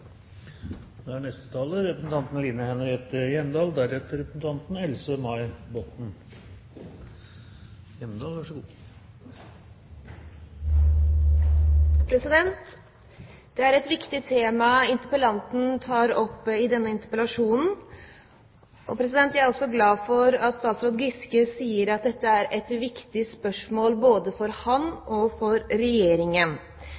Det er et viktig tema interpellanten tar opp i denne interpellasjonen. Jeg er også glad for at statsråd Giske sier at dette er et viktig spørsmål både for